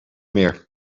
meer